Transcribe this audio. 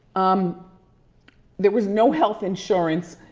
um there was no health insurance.